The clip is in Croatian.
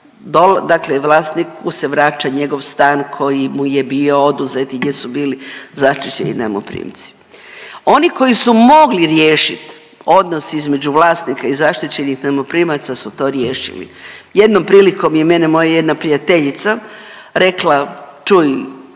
dakle, vlasniku se vraća njegov stan koji mu je bio oduzet i gdje su bili zaštićeni najmoprimci. Oni koji su mogli riješiti odnos između vlasnika i zaštićenih najmoprimaca su to riješili. Jednom prilikom je mene jedna moja prijateljica rekla, čuj